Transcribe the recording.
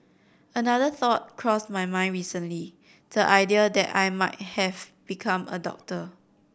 another thought crossed my mind recently the idea that I might have become a doctor